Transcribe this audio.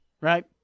Right